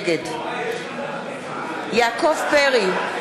נגד יעקב פרי,